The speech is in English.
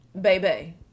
baby